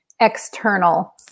external